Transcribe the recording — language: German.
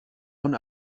von